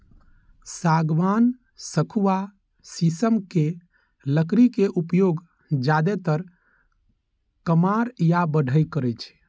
सागवान, सखुआ, शीशम के लकड़ी के उपयोग जादेतर कमार या बढ़इ करै छै